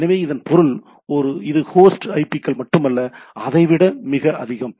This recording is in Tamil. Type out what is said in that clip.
எனவே இதன் பொருள் இது ஹோஸ்ட் ஐபிக்கள் மட்டுமல்ல அதைவிட மிக அதிகம்